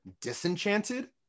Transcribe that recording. Disenchanted